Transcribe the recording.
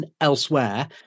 elsewhere